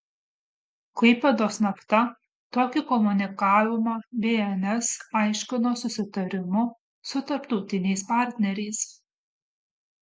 klaipėdos nafta tokį komunikavimą bns aiškino susitarimu su tarptautiniais partneriais